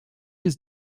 his